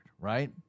right